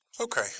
Okay